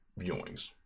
viewings